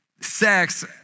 sex